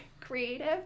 creative